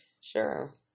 Sure